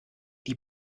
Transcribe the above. die